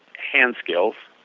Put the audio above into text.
hands kills